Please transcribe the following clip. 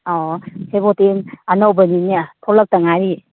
ꯑꯥꯎ ꯁꯦꯕꯣꯠꯇꯤ ꯑꯅꯧꯕꯅꯤꯅꯦ ꯊꯣꯛꯂꯛꯇ ꯉꯥꯏꯔꯤ